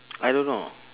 I don't know